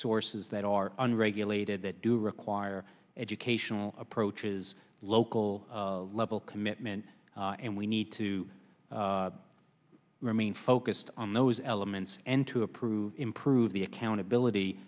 sources that are unregulated that do require educational approaches local level commitment and we need to remain focused on those elements and to approve improve the accountability